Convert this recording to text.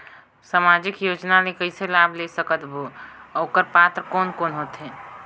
समाजिक योजना ले कइसे लाभ ले सकत बो और ओकर पात्र कोन कोन हो थे?